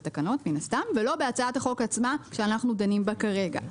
ולא בהצעת החוק עצמה שאנחנו דנים בה כרגע.